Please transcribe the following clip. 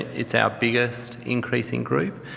it's out biggest increasing group.